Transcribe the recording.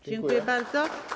Dziękuję bardzo.